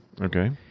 Okay